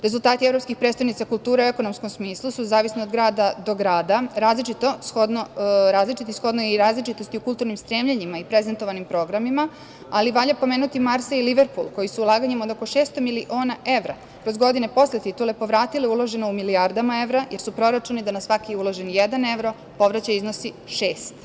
Rezultati „Evropskih prestonica kulture“ u ekonomskom smislu su zavisno od grada do grada različiti, shodno i različitosti u kulturnim stremljenjima i prezentovanim programima, ali valja pomenuti Marsej i Liverpul, koji su ulaganjima od oko 600 miliona evra kroz godine posle titule povratile uloženo u milijardima evra, jer su proračuni da na svaki uloženi jedan evro povraćaj iznosi šest.